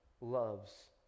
loves